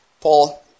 Paul